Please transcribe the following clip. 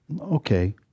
Okay